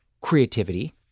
creativity